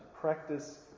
practice